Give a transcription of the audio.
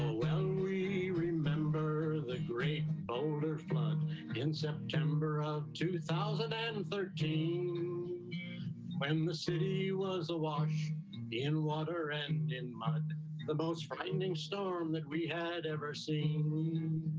when we remember the great boulder flood in september of two thousand and thirteen when the city was awash in water and in the most frightening storm that we had ever seen.